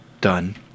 Done